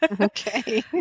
Okay